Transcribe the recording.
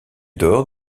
d’or